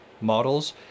models